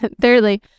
Thirdly